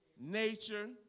nature